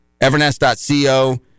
Evernest.co